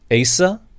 Asa